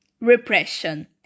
repression